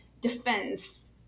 defense